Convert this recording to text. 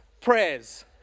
prayers